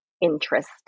interest